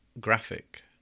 graphic